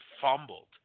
fumbled